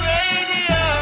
Radio